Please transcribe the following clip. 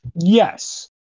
yes